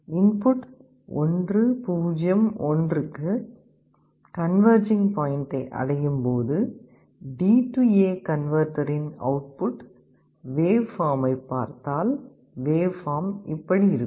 input 1 0 1 க்கு converging பாயின்டை அடையும்போது டிஏ கன்வெர்ட்டரின் DA converter அவுட்புட் வேவ் பார்மைப் பார்த்தால் வேவ் பார்ம் இப்படி இருக்கும்